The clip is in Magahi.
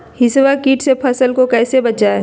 हिसबा किट से फसल को कैसे बचाए?